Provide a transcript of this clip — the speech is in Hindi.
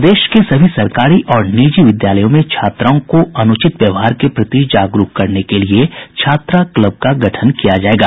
प्रदेश के सभी सरकारी और निजी विद्यालयों में छात्राओं को अनुचित व्यवहार के प्रति जागरूक करने के लिये छात्रा क्लब का गठन किया जायेगा